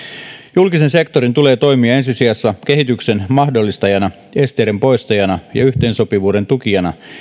julkisen sektorin tulee toimia ensi sijassa kehityksen mahdollistajana esteiden poistajana ja yhteensopivuuden tukijana